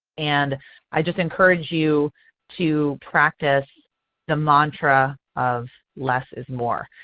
and i just encourage you to practice the mantra of less is more.